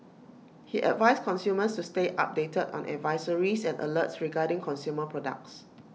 he advised consumers to stay updated on advisories and alerts regarding consumer products